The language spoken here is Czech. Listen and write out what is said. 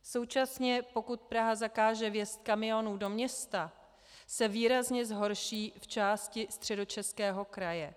Současně pokud Praha zakáže vjezd kamionů do města, se výrazně zhorší v části Středočeského kraje.